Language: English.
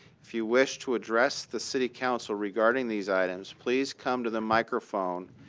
if you wish to address the city council regarding these items, please come to the microphone,